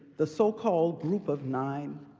the so-called group of nine,